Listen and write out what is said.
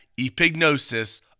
epignosis